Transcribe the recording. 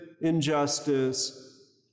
injustice